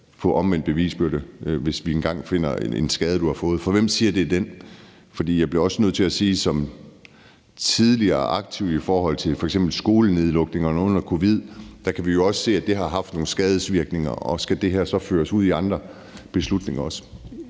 få omvendt bevisbyrde, hvis vi engang finder en skade, du har fået. For hvem siger, det er den? Jeg bliver også nødt til at sige som tidligere aktiv i forhold til f.eks. skolenedlukningerne under covid, at vi jo også kan se, at det har haft nogle skadesvirkninger, og skal det her så føres ud i andre beslutninger også?